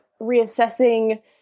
reassessing